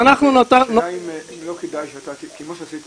השאלה אם לא כדאי שאתה כמו שעשית